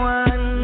one